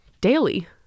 daily